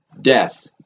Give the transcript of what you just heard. death